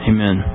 Amen